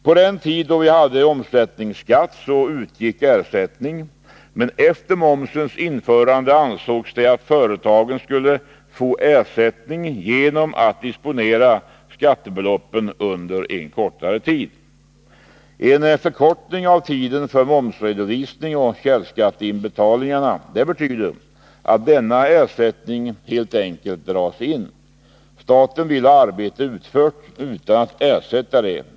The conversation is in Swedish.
På den tid då vi hade omsättningsskatt utgick ersättning, men efter momsens införande ansågs det att företagen skulle få ersättning genom att disponera skattebeloppen under en viss tid. En förkortning av tiden för momsredovisning och källskatteinbetalningar betyder att denna ersättning helt enkelt dras in. Staten vill ha arbete utfört utan att ersätta det.